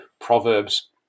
Proverbs